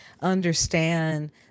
understand